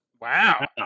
Wow